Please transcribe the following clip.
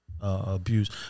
abuse